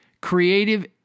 creative